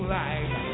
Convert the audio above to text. life